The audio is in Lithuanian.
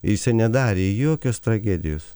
jis se nedarė jokios tragedijos